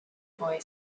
boy